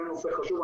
זה נושא חשוב,